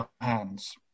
hands